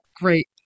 Great